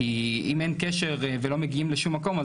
כי אם אין קשר ולא מגיעים לשום מקום,